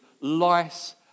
lice